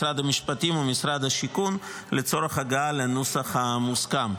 משרד המשפטים ומשרד השיכון לצורך הגעה לנוסח המוסכם.